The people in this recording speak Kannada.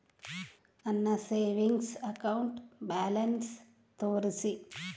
ನನ್ನ ಸೇವಿಂಗ್ಸ್ ಅಕೌಂಟ್ ಬ್ಯಾಲೆನ್ಸ್ ತೋರಿಸಿ?